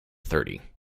thirty